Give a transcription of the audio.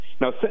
Now